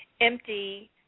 empty